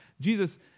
Jesus